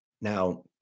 Now